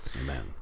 Amen